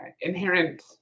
inherent